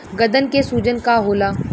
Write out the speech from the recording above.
गदन के सूजन का होला?